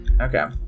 Okay